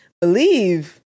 Believe